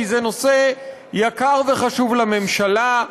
כי זה נושא יקר וחשוב לממשלה,